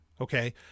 Okay